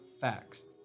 Facts